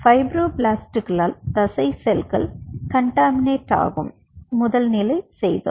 ஃபைப்ரோபிளாஸ்ட்களால் தசை செல்கள் காண்டமினேட் ஆகும் முதல் நிலை செய்தோம்